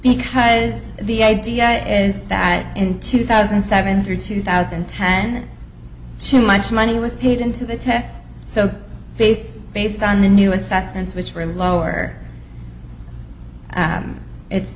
because the idea is that in two thousand and seven through two thousand and ten two much money was paid into the test so base based on the new assessments which were lower it's